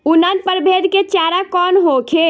उन्नत प्रभेद के चारा कौन होखे?